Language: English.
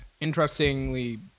interestingly